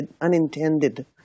unintended